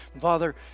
father